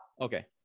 Okay